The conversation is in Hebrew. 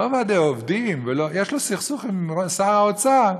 לא ועדי עובדים, יש לו סכסוך עם שר האוצר,